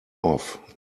off